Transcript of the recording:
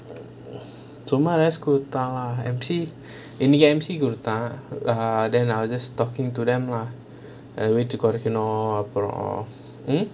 சும்மா:summa rest குடுத்தாங்க இன்னிக்கி:kuduthaanga inikki M_C குடுத்தான்:kuduthaan err then I just talking to them lah weight குறைக்கும் அப்புறம்:kuraikum appuram hmm